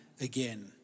again